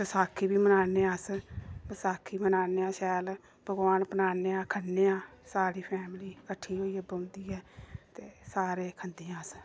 बसाखी बी मनाने आं अस बसाखी मनाने आं शैल पकवान बनाने आं खन्ने आं सारी फैमली कट्ठी होइये बौहंदी ऐ ते सारे खंदे आं अस